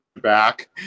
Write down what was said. back